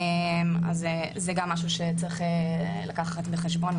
זה גם משהו שצריך לקחת בחשבון.